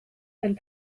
and